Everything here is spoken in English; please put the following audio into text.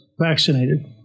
vaccinated